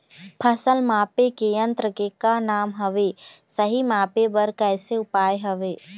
फसल मापे के यन्त्र के का नाम हवे, सही मापे बार कैसे उपाय हवे?